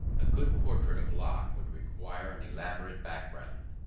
a good portrait of locke would require an elaborate background.